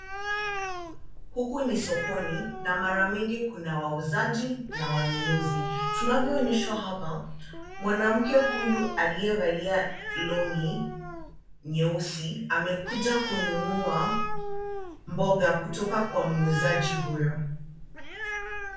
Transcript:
Huku ni sokoni, na mara mingi kuna wauzaji na wanunuzi, tunavyoonyeshwa hapa, mwanamke huyu aliyevalia long'i nyeusi amekuja kununua mboga kutoka kwa muuzaji huyo.